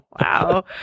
wow